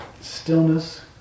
stillness